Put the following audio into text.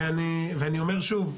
ואני אומר שוב,